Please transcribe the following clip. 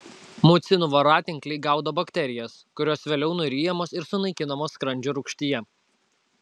mucinų voratinkliai gaudo bakterijas kurios vėliau nuryjamos ir sunaikinamos skrandžio rūgštyje